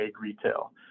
retail